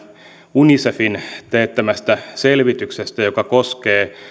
unicefin teettämästä selvityksestä joka koskee